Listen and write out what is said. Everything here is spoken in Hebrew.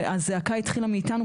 והזעקה התחילה מאתנו,